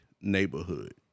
neighborhood